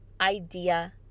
idea